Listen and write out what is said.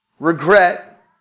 Regret